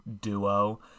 duo